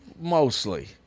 mostly